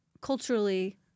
culturally